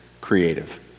creative